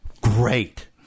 great